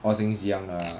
orh since young ah